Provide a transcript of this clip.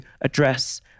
address